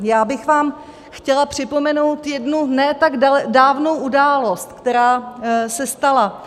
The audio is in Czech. Já bych vám chtěla připomenout jednu ne tak dávnou událost, která se stala.